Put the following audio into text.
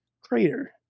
crater